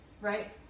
right